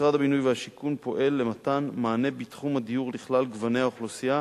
משרד הבינוי והשיכון פועל למתן מענה בתחום הדיור לכלל גוני האוכלוסייה